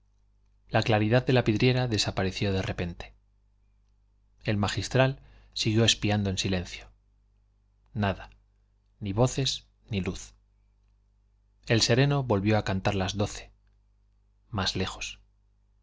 la claridad de la vidriera desapareció de repente el magistral siguió espiando el silencio nada ni voces ni luz el sereno volvió a cantar las doce más lejos